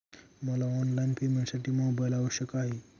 मला ऑनलाईन पेमेंटसाठी मोबाईल आवश्यक आहे का?